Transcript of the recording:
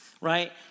right